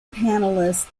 panelists